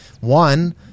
one